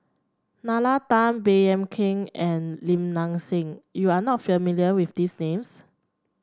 Nalla Tan Baey Yam Keng and Lim Nang Seng you are not familiar with these names